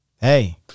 hey